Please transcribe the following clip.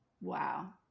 Wow